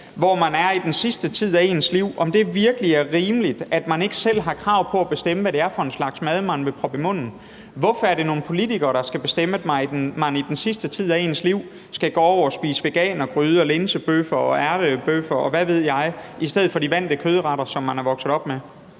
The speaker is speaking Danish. år – man er i den sidste tid af ens liv – ikke selv har krav på at bestemme, hvad det er for en slags mad, man vil proppe i munden. Hvorfor er der nogle politikere, der skal bestemme, at man i den sidste tid af ens liv skal gå over til at spise veganergryde, linsebøffer, ærtebøffer, og hvad ved jeg, i stedet for de vante kødretter, som man er vokset op med?